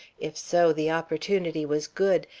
if so, the opportunity was good,